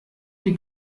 die